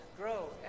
grow